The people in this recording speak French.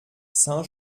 saint